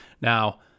Now